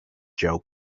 joe